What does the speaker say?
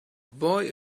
boy